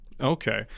Okay